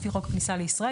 לפי חוק כניסה לישראל,